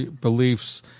beliefs